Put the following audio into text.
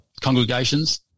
congregations